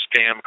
scam